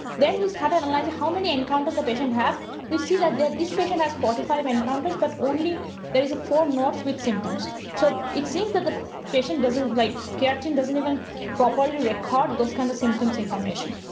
then we start to analyze how many income does the patient have we see that? this patient has forty five encounters, but only there's four nodes with symptoms. so it seems that the patient doesn't like catching doesn't even properly record those kind of symptoms information.